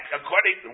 according